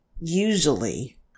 usually